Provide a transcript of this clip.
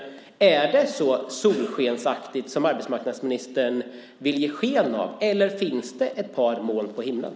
Är det ett sådant solsken som arbetsmarknadsministern vill ge sken av, eller finns det ett par moln på himlen?